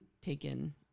taken